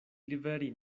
liveri